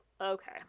Okay